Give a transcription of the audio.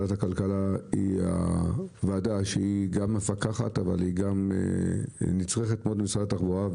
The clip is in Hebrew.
ועדת הכלכלה היא גם מפקחת אבל היא גם נצרכת מאוד במשרד התחבורה,